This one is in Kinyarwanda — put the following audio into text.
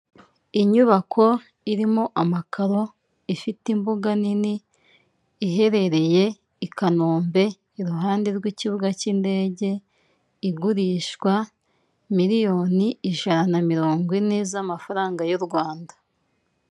Inyubako irimo amakaro, ifite imbuga nini, iherereye i Kanombe iruhande rw'ikibuga cy'indege igurishwa miliyoni ijana na mirongo ine z'amafaranga y'u Rwanda.